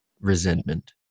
resentment